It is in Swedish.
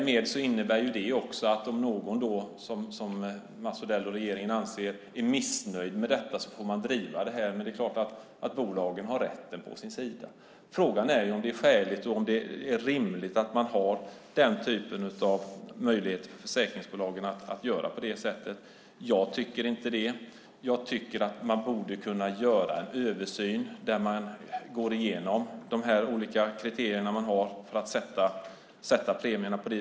Mats Odell och regeringen anser att den som är missnöjd med detta ska driva det vidare, men det är klart att bolagen har rätten på sin sida. Frågan är om det är skäligt och om det är rimligt att försäkringsbolagen har den typen av möjligheter. Jag tycker inte det. Jag tycker att man borde kunna göra en översyn där man går igenom de olika kriterierna för att sätta premierna.